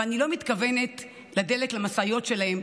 ואני לא מתכוונת לדלק למשאיות שלהם,